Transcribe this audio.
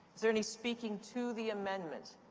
is there any speaking to the amendment?